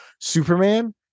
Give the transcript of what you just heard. Superman